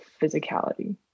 physicality